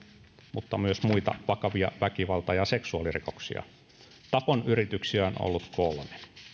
mutta myös muita vakavia väkivalta ja seksuaalirikoksia tapon yrityksiä on ollut kolme